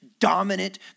dominant